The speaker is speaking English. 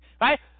right